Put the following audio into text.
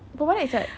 pemadat is what